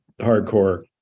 hardcore